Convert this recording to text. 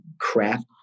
craft